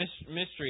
mystery